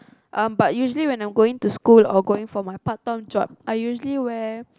um but usually when I'm going to school or going for my part time job I usually wear